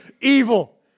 evil